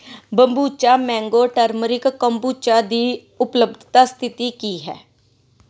ਬੰਬੂਚਾ mango turmeric kombucha ਦੀ ਉਪਲਬਧਤਾ ਸਥਿਤੀ ਕੀ ਹੈ